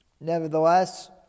nevertheless